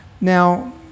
Now